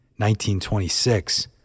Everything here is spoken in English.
1926